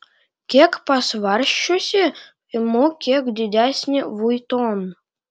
kiek pasvarsčiusi imu kiek didesnį vuitton